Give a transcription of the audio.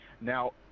Now